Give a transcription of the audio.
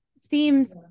seems